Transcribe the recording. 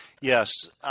Yes